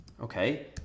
okay